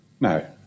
No